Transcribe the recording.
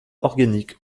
organique